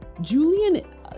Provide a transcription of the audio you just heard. Julian